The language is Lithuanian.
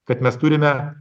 kad mes turime